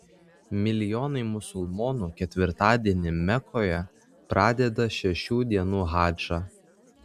milijonai musulmonų ketvirtadienį mekoje pradeda šešių dienų hadžą